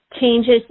changes